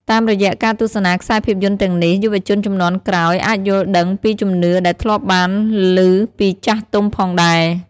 តាមរយៈការទស្សនាខ្សែភាពយន្តទាំងនេះ យុវជនជំនាន់ក្រោយអាចយល់ដឹងពីជំនឿដែលធ្លាប់បានលឺពីចាស់ទុំផងដែរ។